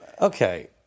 Okay